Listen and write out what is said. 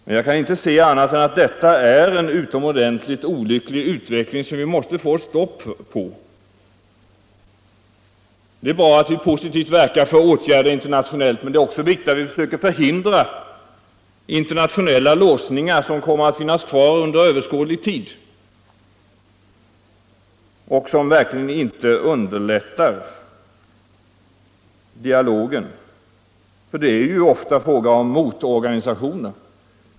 Men jag kan inte se annat än att detta är en utomordentligt olycklig utveckling som vi måste få stopp på. Det är bra att vi positivt verkar för åtgärder internationellt, men det är också viktigt att vi försöker förhindra internationella låsningar som kommer att finnas kvar under överskådlig tid och som verkligen inte underlättar dialogen. För det är ofta fråga om motorganisationer.